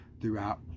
throughout